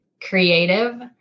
creative